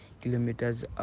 kilometers